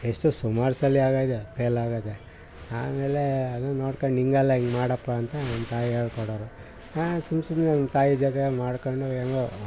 ಎಷ್ಟು ಸುಮಾರು ಸಲ ಆದಾಗ ಫೇಲ್ ಆಗದು ಆಮೇಲೆ ಅದು ನೋಡ್ಕಂಡು ಹಿಂಗಲ್ಲ ಹಿಂಗ್ ಮಾಡಪ್ಪ ಅಂತ ನಮ್ಮ ತಾಯಿ ಹೇಳ್ ಕೊಡೋರು ಸುಮ್ಮ ಸುಮ್ಮನೆ ನಮ್ಮ ತಾಯಿ ಜೊತೆ ಮಾಡ್ಕೊಂಡು ಹೆಂಗೋ